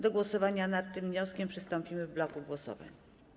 Do głosowania nad tym wnioskiem przystąpimy w bloku głosowań.